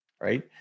right